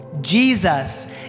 Jesus